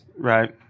Right